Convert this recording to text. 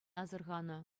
асӑрханӑ